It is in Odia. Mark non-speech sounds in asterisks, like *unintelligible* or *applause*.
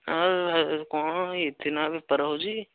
ଆଉ *unintelligible* କ'ଣ ଏଥି ନା ବେପାର ହେଉଛି